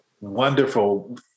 Wonderful